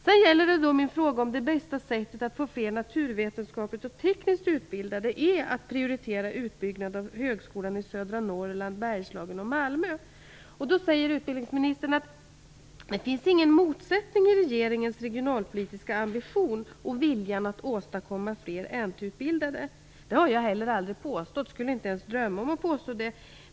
Sedan gäller det min fråga om huruvida det bästa sättet att få fler naturvetenskapligt och tekniskt utbildade är att prioritera utbyggnad av Högskolan i södra Norrland, Bergslagen och Malmö. Utbildningsministern säger att det inte finns någon motsättning mellan regeringens regionalpolitiska ambition och viljan att åstadkomma fler NT-utbildade. Det har jag heller aldrig påstått. Jag skulle inte drömma om att påstå det.